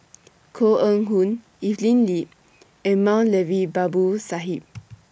Koh Eng Hoon Evelyn Lip and Moulavi Babu Sahib